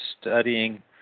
studying